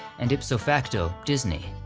and ipso facto, disney.